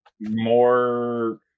more